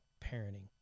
parenting